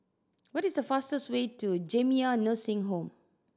what is the fastest way to Jamiyah Nursing Home